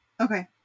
Okay